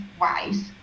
wise